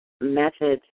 method